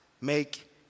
make